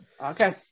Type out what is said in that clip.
okay